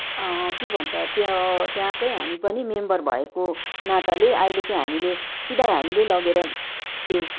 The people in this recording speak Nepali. के भन्छ त्यो त्यहाँकै हामी पनि मेम्बर भएको नाताले अहिले चाहिँ हामीले सिधैँ हामीले लगेर त्यो